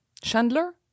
Chandler